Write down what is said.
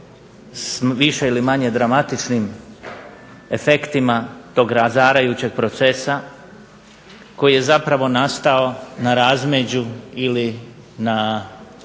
više ili manje dramatičnim efektima tog razarajućeg procesa, koji je zapravo nastao na razmeđu ili na rekao